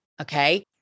Okay